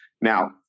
Now